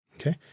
Okay